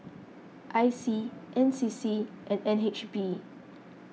I C N C C and N H B